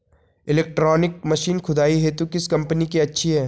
Electronic machine खुदाई हेतु किस कंपनी की अच्छी है?